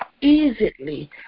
easily